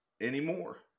anymore